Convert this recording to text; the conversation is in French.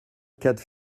quatre